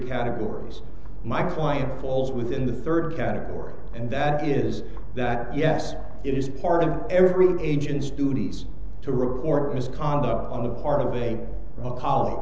categories my client calls within the third category and that is that yes it is part of every agent's duties to record misconduct on the part of a p